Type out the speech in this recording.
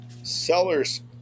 Sellers